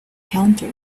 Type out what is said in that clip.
counter